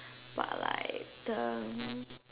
but like the